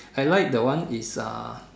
I like the one is uh